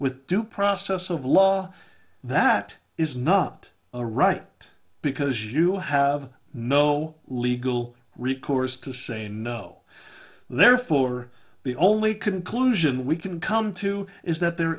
with due process of law that is not a right because you have no legal recourse to say no and therefore the only conclusion we can come to is that there